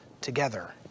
together